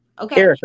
Okay